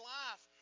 life